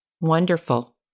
Wonderful